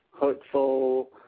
hurtful